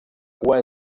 cua